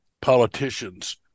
politicians